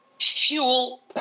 Fuel